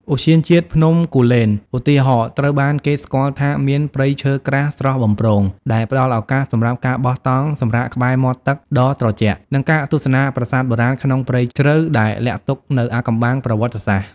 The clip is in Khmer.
ឧទ្យានជាតិភ្នំគូលែន ឧទាហរណ៍ ត្រូវបានគេស្គាល់ថាមានព្រៃឈើក្រាស់ស្រស់បំព្រង ដែលផ្តល់ឱកាសសម្រាប់ការបោះតង់សម្រាកក្បែរមាត់ទឹកដ៏ត្រជាក់ និងការទស្សនាប្រាសាទបុរាណក្នុងព្រៃជ្រៅ ដែលលាក់ទុកនូវអាថ៌កំបាំងប្រវត្តិសាស្ត្រ។